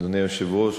אדוני היושב-ראש,